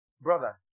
brother